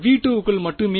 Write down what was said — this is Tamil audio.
V2 க்குள் மட்டுமே